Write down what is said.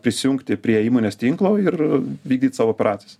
prisijungti prie įmonės tinklo ir vykdyt savo operacias